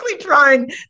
trying